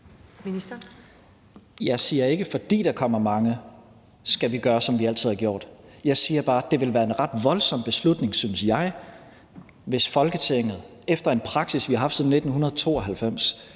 Jeg siger ikke, at fordi der kommer mange, så skal vi gøre, som vi altid har gjort. Jeg siger bare, at det vil være en ret voldsom beslutning, synes jeg, hvis Folketinget efter en praksis, vi har haft siden 1992